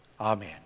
Amen